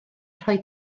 rhoi